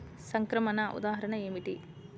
సంక్రమణ ఉదాహరణ ఏమిటి?